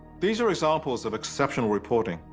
these are examples of exceptional reporting,